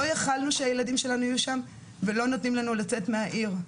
לא יכולנו שהילדים שלנו יהיו שם ולא נתנו לנו לצאת מהעיר.